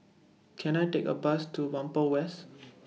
Can I Take A Bus to Whampoa West